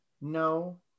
no